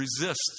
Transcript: resist